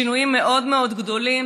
שינויים מאוד מאוד גדולים,